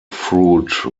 fruit